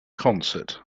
concert